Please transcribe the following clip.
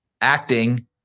acting